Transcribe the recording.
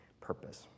purpose